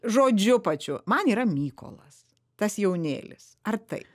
žodžiu pačiu man yra mykolas tas jaunėlis ar taip